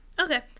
Okay